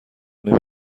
نمی